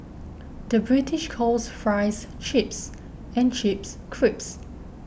the British calls Fries Chips and Chips Crisps